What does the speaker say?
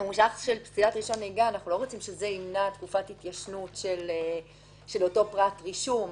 ממושך של פסילת רישיון נהיגה ימנע תקופת התיישנות של אותו פרט רישום.